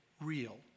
real